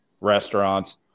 restaurants